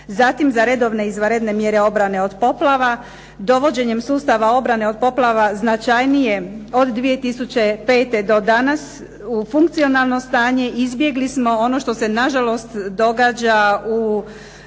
Zatim, za redovne i izvanredne mjere obrane od poplava, dovođenjem sustava obrane od poplava značajnije od 2005. do danas u funkcionalno stanje izbjegli smo ono što se na žalost događa u